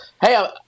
Hey